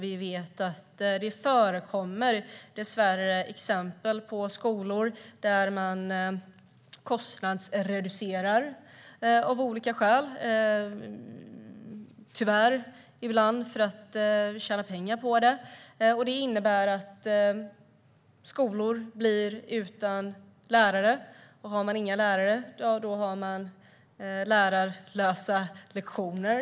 Vi vet att det dessvärre förekommer exempel på skolor där man kostnadsreducerar av olika skäl, tyvärr ibland för att tjäna pengar. Det innebär att skolor blir utan lärare, och har man ingen lärare blir det lärarlösa lektioner.